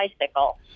bicycle